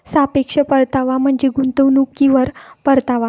सापेक्ष परतावा म्हणजे गुंतवणुकीवर परतावा